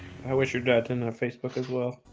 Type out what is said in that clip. i wish your dad in a facebook as well